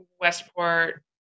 Westport